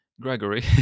Gregory